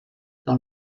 dans